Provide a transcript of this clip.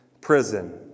prison